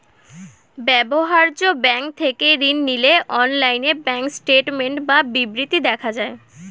ব্যবহার্য ব্যাঙ্ক থেকে ঋণ নিলে অনলাইনে ব্যাঙ্ক স্টেটমেন্ট বা বিবৃতি দেখা যায়